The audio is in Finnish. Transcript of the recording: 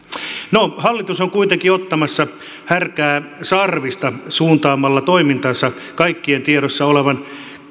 no hallitus on kuitenkin ottamassa härkää sarvista suuntaamalla toimintansa kaikkien tiedossa olevaan